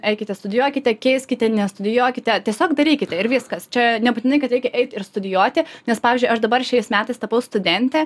eikite studijuokite keiskite nestudijuokite tiesiog darykite ir viskas čia nebūtinai kad reikia eit ir studijuoti nes pavyzdžiui aš dabar šiais metais tapau studente